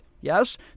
yes